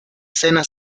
sena